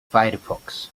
firefox